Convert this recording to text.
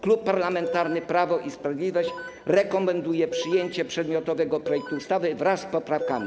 Klub Parlamentarny Prawo i Sprawiedliwość rekomenduje przyjęcie przedmiotowego projektu ustawy wraz z poprawkami.